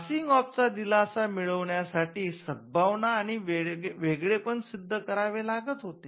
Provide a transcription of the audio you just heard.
passing off चा दिलासा मिळवण्या साठी सद्भावना आणि वेगळेपण सिद्ध करावे लागत होते